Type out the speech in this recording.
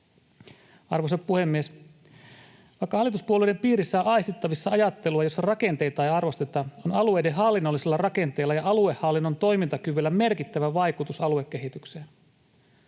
Arvoisa puhemies! Vaikka hallituspuolueiden piirissä on aistittavissa ajattelua, jossa rakenteita ei arvosteta, on alueiden hallinnollisilla rakenteilla ja aluehallinnon toimintakyvyllä merkittävä vaikutus aluekehitykseen.